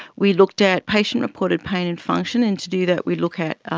we looked at patient reported pain and function, and to do that we looked at